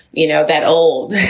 you know, that old.